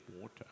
water